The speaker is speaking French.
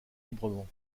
librement